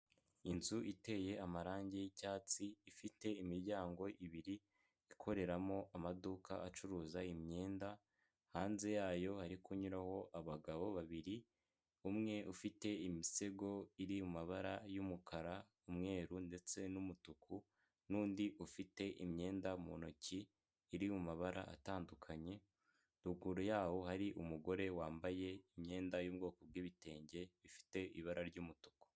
inzu iteye amarangi y'cyatsi ifite imiryango ibiri ikoreramo amaduka acuruza imyenda, hanze yayo hari kunyuraho abagabo babiri umwe ufite imisego iri mumabara yumukara umweru ndetse n'umutuku. Nundi ufite imyenda mu ntoki iri mu mabara atandukanye, ruguru yaho hari umugore wambaye imyenda yubwoko bwi'bitenge bifite ibara ry'umutuku.